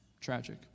tragic